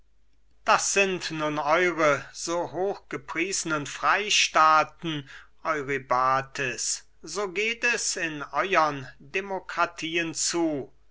das sind nun eure so hoch gepriesnen freystaaten eurybates so geht es in euern demokratien zu